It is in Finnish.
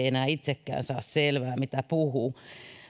enää itsekään saa selvää mitä puhuu